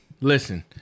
Listen